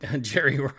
jerry